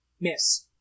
Miss